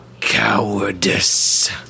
cowardice